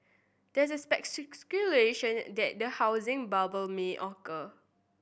there is speculation that a housing bubble may occur